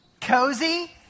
Cozy